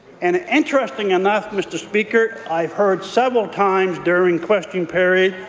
and interesting enough, mr. speaker, i've heard several times during question period,